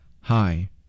Hi